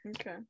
okay